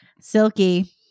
Silky